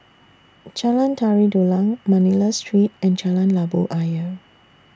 Jalan Tari Dulang Manila Street and Jalan Labu Ayer